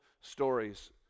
stories